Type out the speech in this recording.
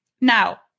Now